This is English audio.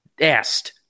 asked